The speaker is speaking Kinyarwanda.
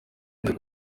maze